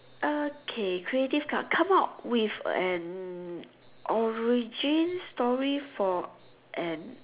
okay creative co~ come out with an origin story for an